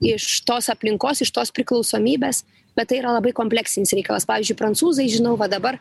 iš tos aplinkos iš tos priklausomybės bet tai yra labai kompleksinis reikalas pavyzdžiui prancūzai žinau va dabar